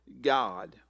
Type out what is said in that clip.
god